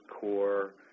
core